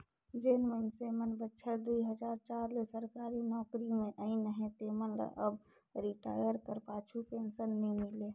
जेन मइनसे मन बछर दुई हजार चार ले सरकारी नउकरी में अइन अहें तेमन ल अब रिटायर कर पाछू पेंसन नी मिले